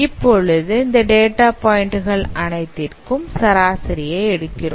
இப்போது இந்த டேட்டா பாயிண்ட்கள் அனைத்திற்கும் சராசரியைஎடுக்கிறோம்